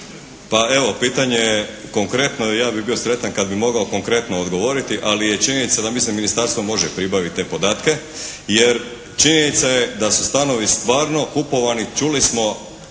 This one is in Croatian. Pa evo, pitanje konkretno. Ja bih bio sretan kad bih mogao konkretno odgovoriti, ali je činjenica da ministarstvo može pribaviti te podatke. Jer, činjenica je da su stanovi stvarno kupovani čuli smo